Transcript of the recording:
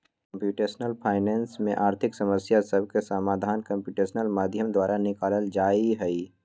computational finance में आर्थिक समस्या सभके समाधान कंप्यूटेशनल माध्यम द्वारा निकालल जाइ छइ